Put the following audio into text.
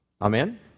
Amen